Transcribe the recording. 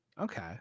Okay